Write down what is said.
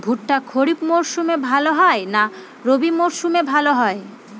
ভুট্টা খরিফ মৌসুমে ভাল হয় না রবি মৌসুমে ভাল হয়?